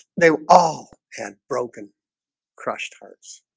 they all had broken crushed hurts